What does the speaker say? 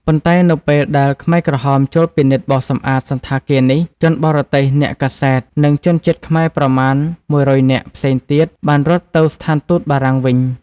ប៉ុន្តែនៅពេលដែលខ្មែរក្រហមចូលពិនិត្យបោសសម្អាតសណ្ឋាគារនេះ ជនបរទេស អ្នកកាសែត និងជនជាតិខ្មែរប្រមាណ ១០០ នាក់ផ្សេងទៀតបានរត់ទៅស្ថានទូតបារាំងវិញ។